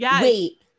wait